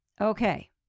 Okay